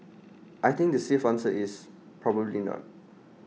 I think the safe answer is probably not